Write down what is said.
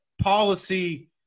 policy